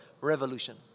revolution